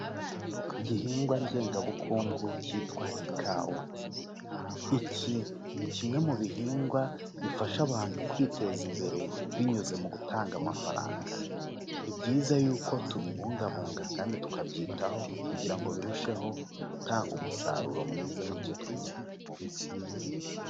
Igihingwa ngengabukungu cyitwa ikawa, iki ni kimwe mu bihingwa bifasha abantu kwiteza imbere binyuze mu gutanga amafaranga. Ni byiza yuko tubibungabunga kandi tukabyitaho kugira birusheho gutanga umusaruro mwiza, bityo twivane mu bukene.